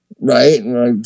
right